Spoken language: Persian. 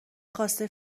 خواسته